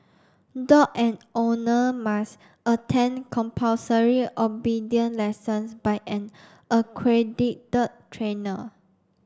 dog and owner must attend compulsory obedience lessons by an accredited trainer